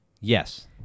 Yes